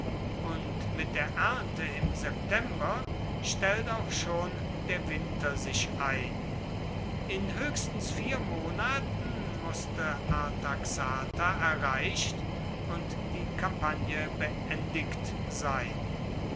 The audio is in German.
und mit der ernte im september stellt auch schon der winter sich ein in höchstens vier monaten mußte artaxata erreicht und die kampagne beendigt sein